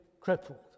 crippled